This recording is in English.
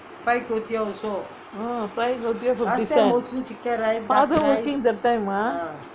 ah fried kuay teow fifty cent father working that time ah